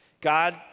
God